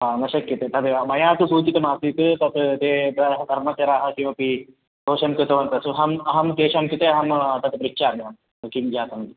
हा न शक्यते तदेव मया तु सूचितमासीत् तत् ते प्रायः कर्मचराः किमपि दोषं कृतवन्तः स्युः अहं अहं तेषां कृते अहं पृच्छाम्यहं तत् किं जातम् इति